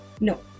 No